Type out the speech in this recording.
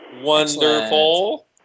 Wonderful